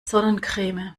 sonnencreme